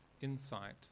insight